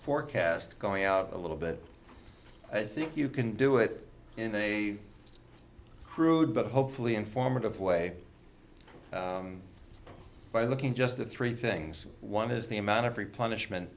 forecast going out a little bit i think you can do it in a crude but hopefully informative way by looking just at three things one is the amount of replenish men